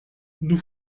nous